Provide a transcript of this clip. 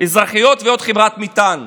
ועוד חברת מטען.